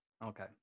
Okay